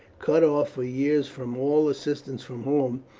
cut off for years from all assistance from home,